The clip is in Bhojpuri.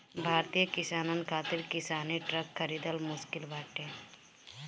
भारतीय किसानन खातिर किसानी ट्रक खरिदल मुश्किल बाटे